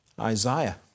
Isaiah